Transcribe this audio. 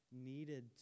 Needed